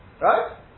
Right